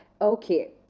Okay